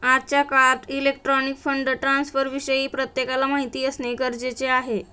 आजच्या काळात electronic fund ट्रान्स्फरविषयी प्रत्येकाला माहिती असणे गरजेचे आहे